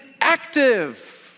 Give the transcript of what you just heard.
active